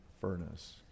furnace